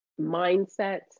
mindset